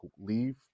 leave